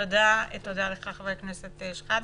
תודה לחבר הכנסת שחאדה.